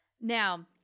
Now